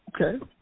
Okay